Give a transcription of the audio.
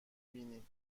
بینی